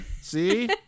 see